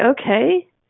okay